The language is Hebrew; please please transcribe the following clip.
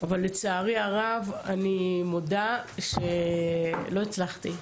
אבל לצערי הרב, אני מודה שלא הצלחתי.